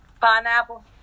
Pineapple